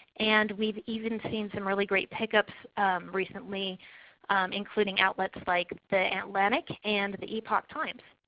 and we've even seen some really great pickups recently including outlets like the and atlantic and the epoc times.